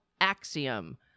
axiom